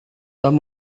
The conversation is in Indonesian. tom